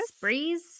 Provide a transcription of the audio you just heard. Breeze